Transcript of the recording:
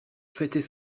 fêter